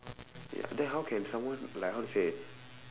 ya then how can someone like how to say